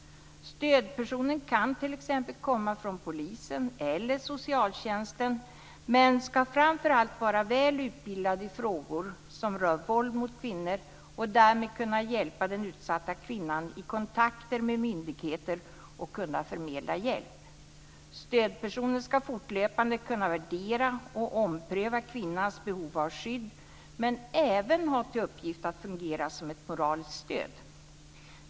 Stödpersonen kan t.ex. komma från polisen eller socialtjänsten och ska framför allt vara väl utbildad i frågor som rör våld mot kvinnor och därmed kunna hjälpa den utsatta kvinnan vid kontakter med myndigheter och förmedla hjälp. Stödpersonen ska fortlöpande kunna värdera och ompröva kvinnans behov av skydd men även ha till uppgift att fungera som moraliskt stöd.